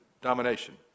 domination